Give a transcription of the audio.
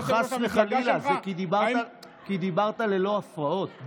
לא, חס וחלילה, כי דיברת ללא הפרעות.